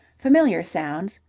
familiar sounds,